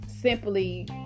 simply